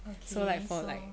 okay so